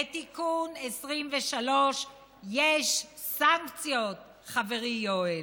בתיקון 23 יש סנקציות, חברי יואל,